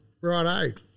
Righto